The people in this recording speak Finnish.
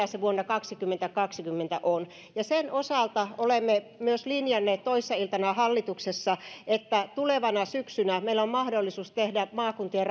se vuonna kaksituhattakaksikymmentä on ja sen osalta olemme myös linjanneet toissa iltana hallituksessa että tulevana syksynä meillä on mahdollisuus tehdä maakuntien